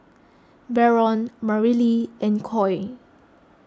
Barron Marilee and Coy